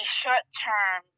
short-term